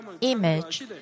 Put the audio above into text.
image